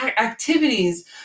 activities